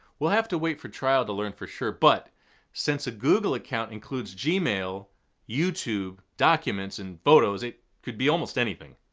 we'll have to wait for trial to learn for sure, but since a google account includes gmail, youtube, documents and photos, it could be almost anything.